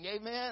Amen